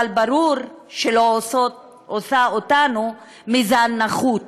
אבל ברור שזה לא עושה אותנו זן נחות.